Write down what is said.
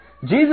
Jesus